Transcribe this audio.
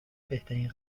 بهترین